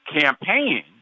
campaign